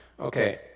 Okay